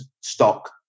stock